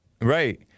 Right